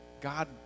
God